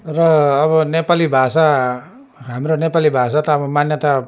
र अब नेपाली भाषा हाम्रो नेपाली भाषा त अब मान्यता